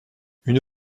une